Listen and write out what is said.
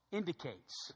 indicates